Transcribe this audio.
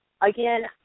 again